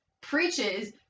preaches